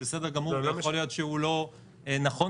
-- יכול להיות שהוא לא משכנע -- הוא לא משכנע.